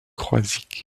croisic